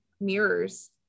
mirrors